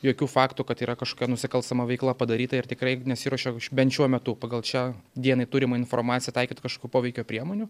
jokių faktų kad yra kažkokia nusikalstama veikla padaryta ir tikrai nesiruošiu bent šiuo metu pagal čia dienai turimą informaciją taikyt kažkokių poveikio priemonių